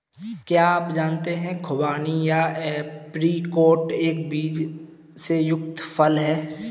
क्या आप जानते है खुबानी या ऐप्रिकॉट एक बीज से युक्त फल है?